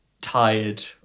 tired